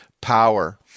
power